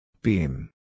Beam